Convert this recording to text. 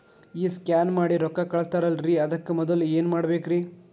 ಈ ಸ್ಕ್ಯಾನ್ ಮಾಡಿ ರೊಕ್ಕ ಕಳಸ್ತಾರಲ್ರಿ ಅದಕ್ಕೆ ಮೊದಲ ಏನ್ ಮಾಡ್ಬೇಕ್ರಿ?